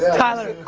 tyler,